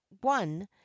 one